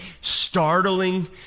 startling